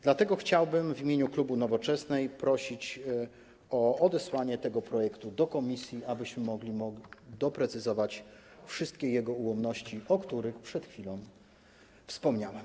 Dlatego chciałbym w imieniu klubu Nowoczesnej prosić o odesłanie tego projektu do komisji, abyśmy mogli doprecyzować wszystkie jego ułomności, o których przed chwilą wspomniałem.